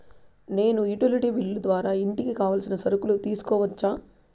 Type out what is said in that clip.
నేను utility bill ద్వారా ఇంటికి కావాల్సిన సరుకులు తీసుకోవచ్చా?